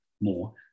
more